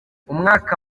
umwaka